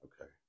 Okay